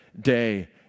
day